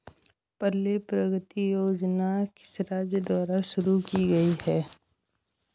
पल्ले प्रगति योजना किस राज्य द्वारा शुरू की गई है?